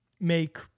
make